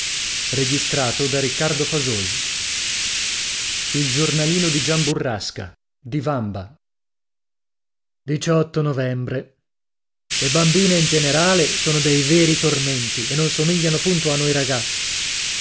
io io e il cono e e ono erano novembre le bambine in generale sono dei veri tormenti e non somigliano punto a noi ragazzi